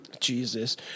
Jesus